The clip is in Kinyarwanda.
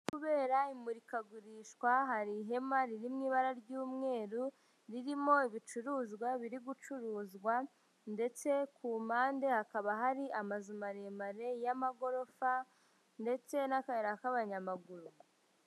Kubera imurikagurishwa hari ihema riri mu ibara ry'umweru ririmo ibicuruzwa biri gucuruzwa ndetse ku mpande hakaba hari amazu maremare y'amagorofa ndetse n'akayira k'abanyamaguru.